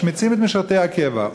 משמיצים את משרתי הקבע,